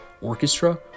orchestra